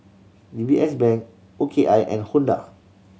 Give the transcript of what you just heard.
D B S Bank O K I and Honda